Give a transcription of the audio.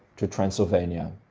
to transylvania.